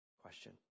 Question